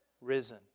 risen